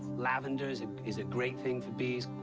lavender is is a great thing for bees,